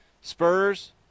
spurs